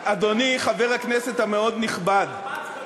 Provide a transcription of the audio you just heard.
מה, אדוני חבר הכנסת המאוד-נכבד, מפץ גדול?